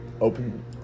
open